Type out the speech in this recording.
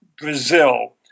Brazil